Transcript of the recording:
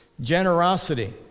Generosity